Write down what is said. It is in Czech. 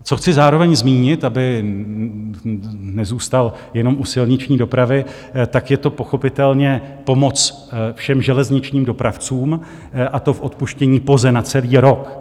Co chci zároveň zmínit, abych nezůstal jenom u silniční dopravy, tak je to pochopitelně pomoc všem železničním dopravcům, a to v odpuštění POZE na celý rok.